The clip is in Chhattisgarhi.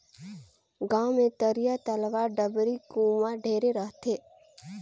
गांव मे तरिया, तलवा, डबरी, कुआँ ढेरे रथें